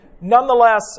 Nonetheless